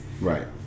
Right